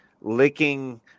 licking